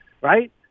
right